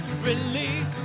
release